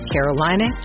Carolina